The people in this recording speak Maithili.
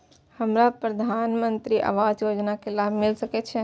हमरा प्रधानमंत्री आवास योजना के लाभ मिल सके छे?